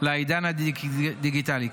לעידן הדיגיטלי,